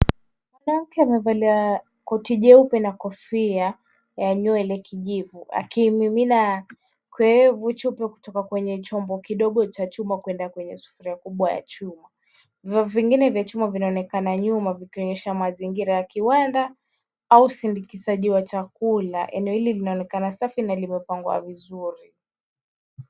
Mwanamke amevalia koti jeupe na kofia ya nywele kijivu akimimina kiowevu kutoka kwenye chombo kidogo cha chuma kwenda kwa sufuria kubwa ya chuma. Vyombo vingine vya chuma vinaonekana nyuma vikionyesha mazingira ya kiwanda au usindikishaki wa chakula. Eneo hili linaonekana safi na limepangwa vizuri.